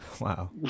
Wow